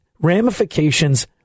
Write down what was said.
ramifications